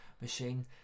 machine